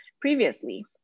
previously